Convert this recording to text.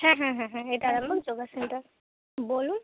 হ্যাঁ হ্যাঁ হ্যাঁ হ্যাঁ এটা আরামবাগ যোগা সেন্টার বলুন